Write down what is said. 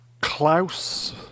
Klaus